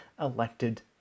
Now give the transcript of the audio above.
elected